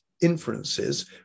inferences